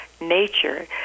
nature